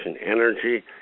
energy